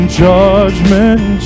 judgment